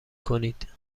کنید